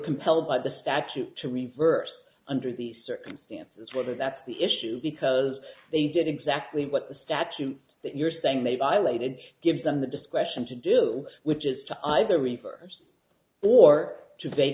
compelled by the statute to reverse under the circumstances whether that's the issue because they did exactly what the statute that you're saying they violated gives them the discretion to do which is to either reverse or to t